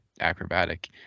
acrobatic